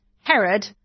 Herod